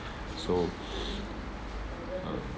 so uh